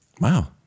Wow